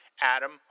Adam